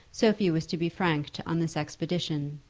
sophie was to be franked on this expedition.